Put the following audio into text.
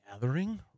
gathering